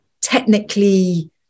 technically